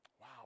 Wow